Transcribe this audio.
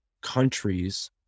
countries